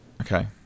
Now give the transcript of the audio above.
Okay